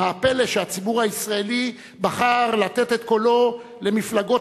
מה הפלא שהציבור הישראלי בחר לתת את קולו למפלגות